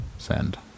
send